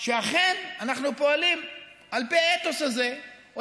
שאכן אנחנו פועלים על פי האתוס הזה או,